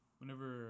whenever